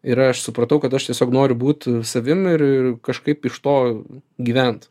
ir aš supratau kad aš tiesiog noriu būti savim ir ir kažkaip iš to gyvent